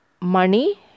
money